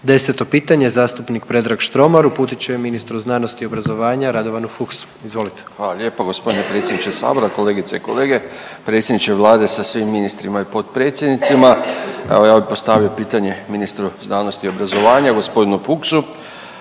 10. pitanje zastupnik Predrag Štromar uputit će ministru znanosti i obrazovanja Radovanu Fuchsu, izvolite. **Štromar, Predrag (HNS)** Hvala lijepo g. predsjedniče sabora, kolegice i kolege, predsjedniče Vlade sa svim ministrima i potpredsjednicima. Evo ja bi postavio pitanje ministru znanosti i obrazovanja g. Fuchsu,